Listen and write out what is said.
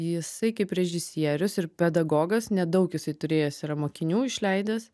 jisai kaip režisierius ir pedagogas nedaug jisai turėjęs yra mokinių išleidęs